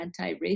anti-racist